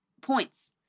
points